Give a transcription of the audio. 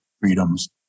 freedoms